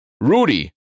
Rudy